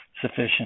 sufficient